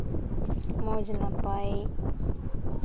ᱢᱚᱡᱽ ᱱᱟᱯᱟᱭ